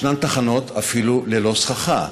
ישנן תחנות אפילו ללא סככה.